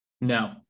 No